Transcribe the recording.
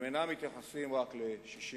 הם אינם מתייחסים רק ל-67'.